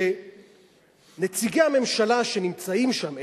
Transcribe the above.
שנציגי הממשלה שנמצאים שם,